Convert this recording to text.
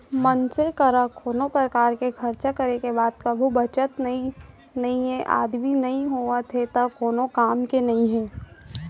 मनसे करा कोनो परकार के खरचा करे के बाद कभू बचत नइये, आमदनी नइ होवत हे त कोन काम के नइ हे